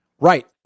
Right